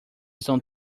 estão